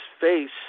face